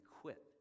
quit